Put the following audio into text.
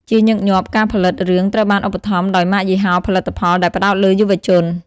ជាញឹកញាប់ ការផលិតរឿង ត្រូវបានឧបត្ថម្ភដោយម៉ាកយីហោផលិតផលដែលផ្តោតលើយុវជន។